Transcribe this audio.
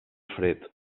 fred